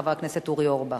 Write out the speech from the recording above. חבר הכנסת אורי אורבך.